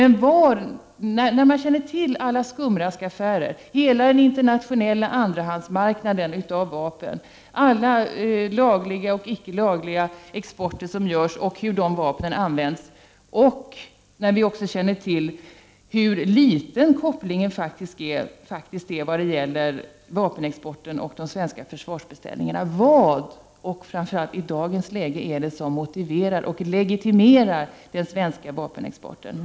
När man känner till alla skumraskaffärer, hela den internationella andrahandsmarknaden av vapen, all den lagliga och icke lagliga export som görs och hur de vapnen används, när man känner till hur liten kopplingen är mellan vapenexporten och de svenska försvarsbeställningarna — vad är det då som i dagsläget motiverar och legitimerar den svenska vapenexporten?